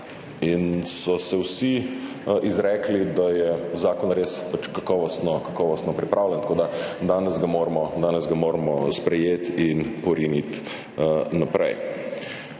in so se vsi izrekli, da je zakon res kakovostno pripravljen. Tako da danes ga moramo sprejeti in poriniti naprej.